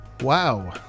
Wow